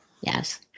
yes